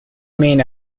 main